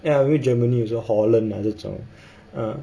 ya maybe germany also or holland also